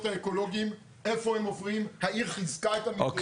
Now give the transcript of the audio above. האקולגיים איפה הם עוברים --- אוקיי,